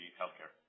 healthcare